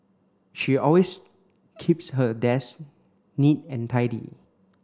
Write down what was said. she always keeps her desk neat and tidy